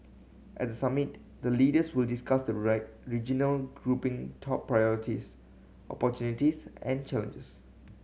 at the summit the leaders will discuss the regional grouping top priorities opportunities and challenges